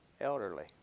elderly